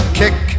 kick